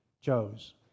chose